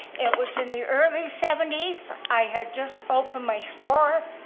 it was in the early seventy s i had just opened my store.